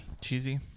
Cheesy